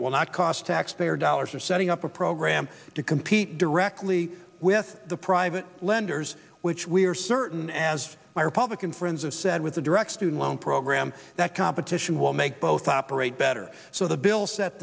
it will not cost taxpayer dollars or setting up a program to compete directly with the private lenders which we are certain as my republican friends of said with the direct student loan program that competition will make both operate better so the bill